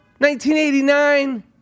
1989